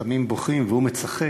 חכמים בוכים והוא מצחק,